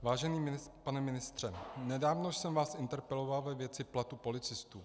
Vážený pane ministře, nedávno jsem vás interpeloval ve věci platů policistů.